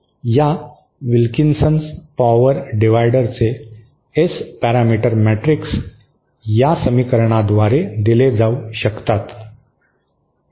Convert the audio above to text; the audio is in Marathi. या विल्किन्सन पॉवर डिवाइडरचे एस पॅरामीटर मॅट्रिक्स या समीकरणाद्वारे दिले जाऊ शकतात